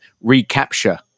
recapture